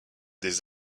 des